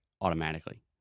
automatically